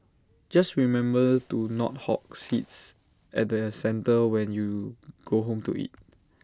just remember to not hog seats at the centre when you go home to eat